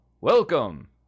Welcome